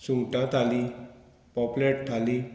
सुंगटां थाली पोपलेट थाली